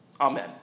Amen